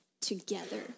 together